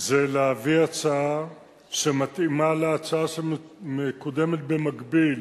זה להביא הצעה שמתאימה להצעה שמקודמת במקביל